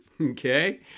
Okay